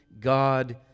God